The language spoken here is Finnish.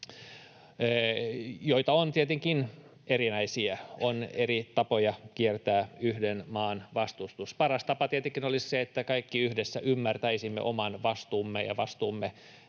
joita on tietenkin erinäisiä. On eri tapoja kiertää yhden maan vastustus. Paras tapa tietenkin olisi se, että kaikki yhdessä ymmärtäisimme oman vastuumme ja vastuumme